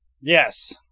Yes